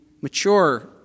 mature